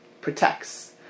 protects